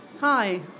Hi